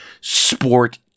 sport